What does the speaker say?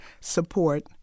support